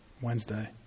Wednesday